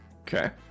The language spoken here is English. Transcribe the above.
Okay